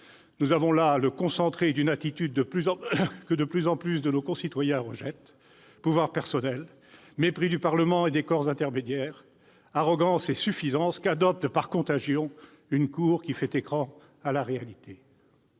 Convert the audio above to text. Nous avons là le concentré d'une attitude qu'un nombre croissant de nos concitoyens rejettent : pouvoir personnel, mépris du Parlement et des corps intermédiaires, arrogance et suffisance qu'adopte, par contagion, une cour faisant écran à la réalité.